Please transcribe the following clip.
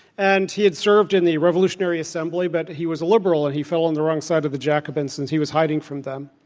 and he had served in the revolutionary assembly, but he was a liberal and he fell on the wrong side of the jacobins he was hiding from them.